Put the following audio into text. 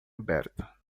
aberta